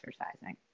exercising